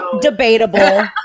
debatable